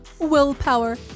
willpower